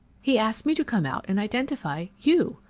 he asked me to come out and identify you!